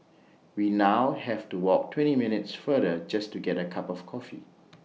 we now have to walk twenty minutes farther just to get A cup of coffee